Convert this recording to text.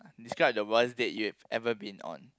describe the worst date you have ever been on